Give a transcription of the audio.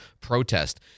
protest